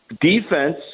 Defense